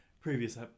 previous